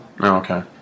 okay